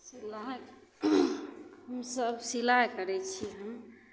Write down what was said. सिलाइ हमसभ सिलाइ करै छियनि